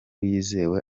yizewe